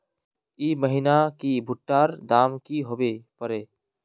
ई महीना की भुट्टा र दाम की होबे परे?